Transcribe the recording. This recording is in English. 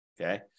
okay